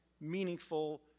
meaningful